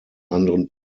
anderen